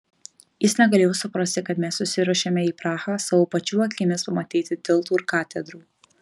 jis negalėjo suprasti kad mes susiruošėme į prahą savo pačių akimis pamatyti tiltų ir katedrų